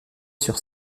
sur